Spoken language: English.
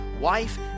wife